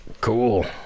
Cool